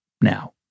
now